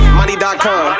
money.com